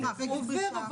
הוא עובר,